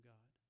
God